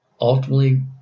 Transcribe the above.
ultimately